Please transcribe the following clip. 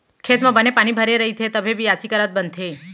खेत म बने पानी भरे रइथे तभे बियासी करत बनथे